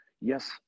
yes